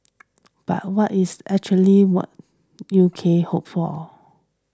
but what is actually what U K hopes for